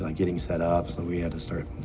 um getting set up, so we had to start,